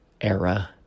era